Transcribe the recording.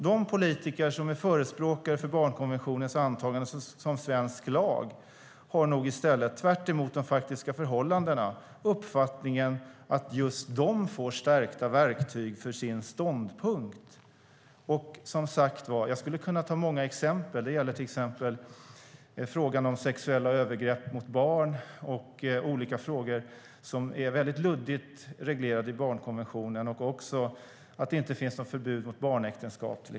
De politiker som är förespråkare för barnkonventionens antagande som svensk lag har nog i stället, tvärtemot de faktiska förhållandena, uppfattningen att just de får stärkta verktyg för sin ståndpunkt. Jag skulle kunna ta många exempel. Det gäller frågan om sexuella övergrepp mot barn, olika frågor som är väldigt luddigt reglerade i barnkonventionen och också att det inte finns något förbud mot barnäktenskap.